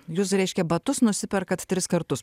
jūs reiškia batus nusiperkat tris kartus